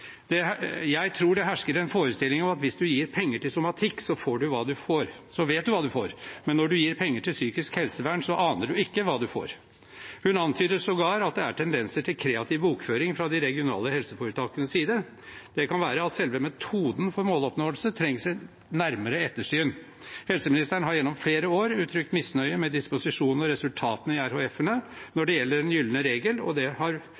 tror det hersker en forestilling om at når du gir penger til somatikk, så vet du hva du får, men når du gir til psykisk helsevern, så aner du ikke hva du får.» Hun antyder sågar at det er tendenser til kreativ bokføring fra de regionale helseforetakenes side. Det kan være at selve metoden for måloppnåelse trenger et nærmere ettersyn. Helseministeren har gjennom flere år uttrykt misnøye med disposisjonene og resultatene i RHF-ene når det gjelder den gylne regel, og han har